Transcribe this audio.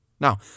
Now